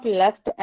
left